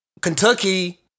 Kentucky